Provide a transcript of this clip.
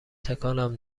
تکانم